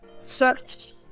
search